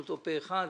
פה אחד,